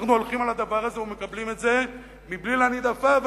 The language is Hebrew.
ואנחנו הולכים על הדבר הזה ומקבלים את זה מבלי להניד עפעף.